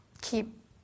keep